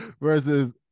Versus